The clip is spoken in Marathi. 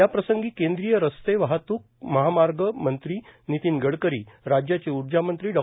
या प्रसंगी केंद्रीय रस्ते वाहतूक महामार्ग मंत्री वितीन गडकरी राज्याचे उर्जा मंत्री डॉ